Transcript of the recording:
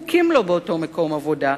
זקוקים לו באותו מקום עבודה,